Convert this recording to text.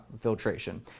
filtration